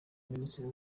minisitiri